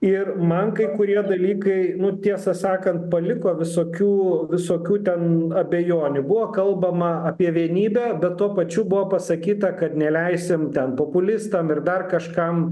ir man kai kurie dalykai nu tiesą sakant paliko visokių visokių ten abejonių buvo kalbama apie vienybę bet tuo pačiu buvo pasakyta kad neleisim ten populistam ir dar kažkam